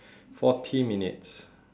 forty minutes